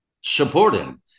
supporting